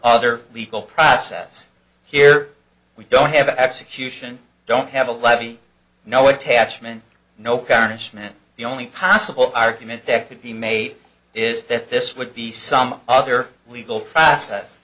other legal process here we don't have execution don't have a levy no attachment no garnishment the only possible argument that could be made is that this would be some other legal process